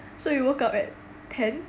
so you woke up at ten